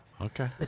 Okay